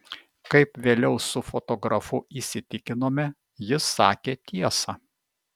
kaip vėliau su fotografu įsitikinome jis sakė tiesą